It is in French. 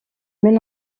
mène